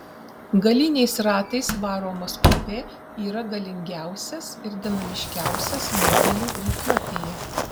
galiniais ratais varomas kupė yra galingiausias ir dinamiškiausias modelių rikiuotėje